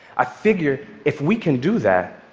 i figure if we can do that,